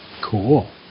Cool